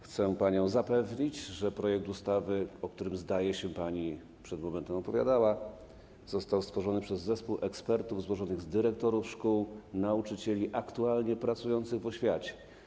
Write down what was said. Chcę panią zapewnić, że projekt ustawy, o którym, zdaje się, pani przed momentem opowiadała, został stworzony przez zespół ekspertów złożony z dyrektorów szkół, nauczycieli aktualnie pracujących w oświacie.